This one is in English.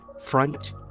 front